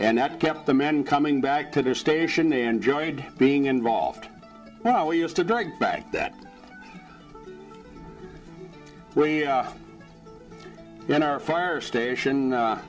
and that kept the man coming back to their station they enjoyed being involved now we used to date back that were in our fire station